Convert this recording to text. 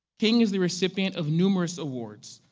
king is the recipient of numerous awards,